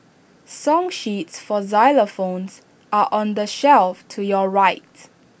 song sheets for xylophones are on the shelf to your right